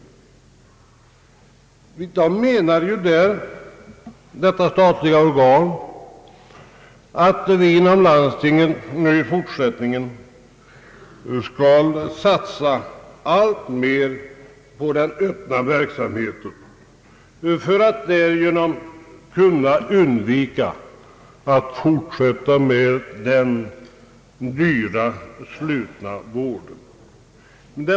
Socialstyrelsen menar att vi inom landstingen i fortsättningen skall satsa alltmer på den öppna vården för att därigenom undvika att ytterligare bygga ut den dyra, slutna vården.